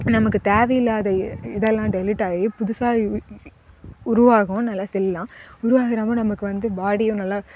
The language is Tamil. நமக்கு தேவையில்லாத இடம்லாம் டெலீட் ஆகி புதுசாக உருவாகும் நல்லா செய்யலாம் உருவாகறம்ப நமக்கு வந்து பாடியும் நல்லா